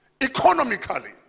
economically